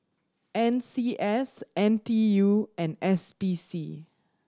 N C S N T U and S P C